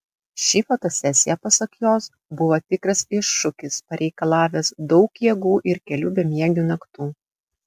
ši fotosesija pasak jos buvo tikras iššūkis pareikalavęs daug jėgų ir kelių bemiegių naktų